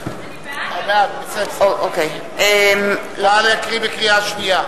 נא להקריא בקריאה שנייה.